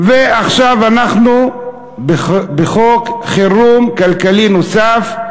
ועכשיו אנחנו בחוק חירום כלכלי נוסף,